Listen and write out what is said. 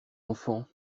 enfant